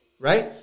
Right